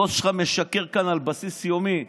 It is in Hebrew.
הבוס שלך משקר כאן על בסיס יומי.